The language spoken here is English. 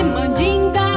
Mandinga